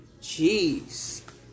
Jeez